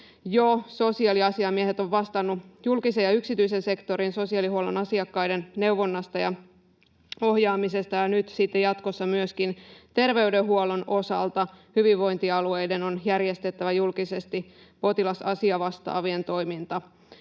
sosiaaliasiamiehet ovat vastanneet julkisen ja yksityisen sektorin sosiaalihuollon asiakkaiden neuvonnasta ja ohjaamisesta, ja nyt sitten jatkossa myöskin terveydenhuollon osalta hyvinvointialueiden on järjestettävä julkisesti potilasasiavastaavien toiminta